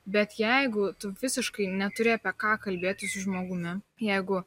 bet jeigu tu visiškai neturi apie ką kalbėti su žmogumi jeigu